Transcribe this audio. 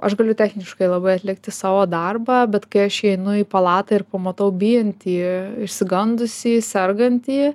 aš galiu techniškai labai atlikti savo darbą bet kai aš įeinu į palatą ir pamatau bijantį išsigandusį sergantįjį